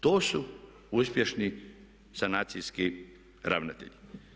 To su uspješni sanacijski ravnatelji.